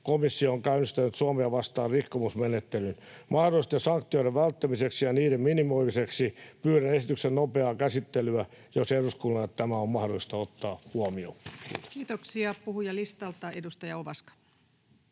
komissio on käynnistänyt Suomea vastaan rikkomusmenettelyn. Mahdollisten sanktioiden välttämiseksi ja niiden minimoimiseksi pyydän esityksen nopeaa käsittelyä, jos eduskunnan tämä on mahdollista ottaa huomioon. [Speech 241] Speaker: Ensimmäinen